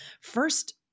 first